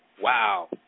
Wow